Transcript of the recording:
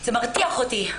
זה מרתיח אותי.